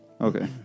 Okay